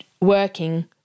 working